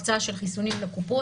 הקצאה של חיסונים לקופות,